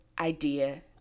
Idea